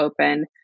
open